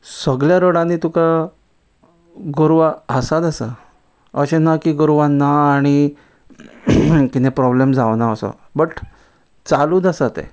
सगळ्या रोडांनी तुका गोरवां आसा आसा अशें ना की गोरवां ना आणी किदें प्रोब्लेम जावना असो बट चालूच आसा ते